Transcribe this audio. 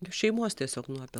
šeimos tiesiog nuope